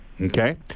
Okay